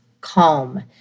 calm